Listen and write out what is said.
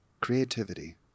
Creativity